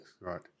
Right